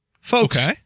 folks